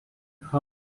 ha